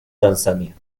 tanzania